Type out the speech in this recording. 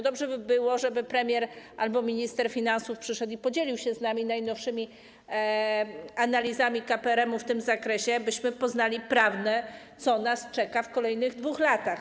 Dobrze by było, żeby premier albo minister finansów przyszedł i podzielił się z nami najnowszymi analizami KPRM-u w tym zakresie, byśmy poznali prawdę o tym, co nas czeka w kolejnych 2 latach.